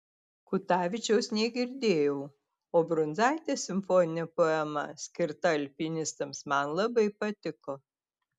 kutavičiaus negirdėjau o brundzaitės simfoninė poema skirta alpinistams man labai patiko